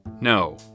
No